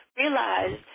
realize